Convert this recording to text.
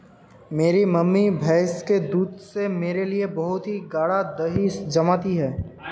मेरी मम्मी भैंस के दूध से मेरे लिए बहुत ही गाड़ा दही जमाती है